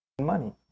money